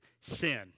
sin